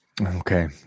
Okay